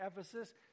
Ephesus